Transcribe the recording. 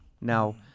now